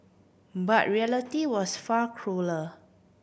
but reality was far crueller